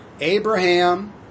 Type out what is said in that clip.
Abraham